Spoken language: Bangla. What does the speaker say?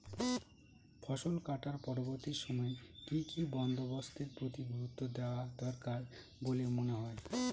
ফসলকাটার পরবর্তী সময়ে কি কি বন্দোবস্তের প্রতি গুরুত্ব দেওয়া দরকার বলে মনে হয়?